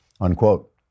unquote